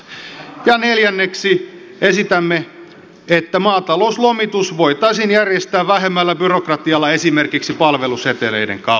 neljänneksi esitämme että maatalouslomitus voitaisiin järjestää vähemmällä byrokratialla esimerkiksi palveluseteleiden kautta